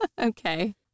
Okay